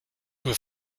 were